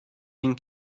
bin